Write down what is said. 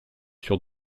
sur